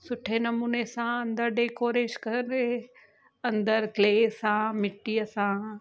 सुठे नमूने सां अंदरु डेकोरेश करे अंदरु क्ले सां मिटीअ सां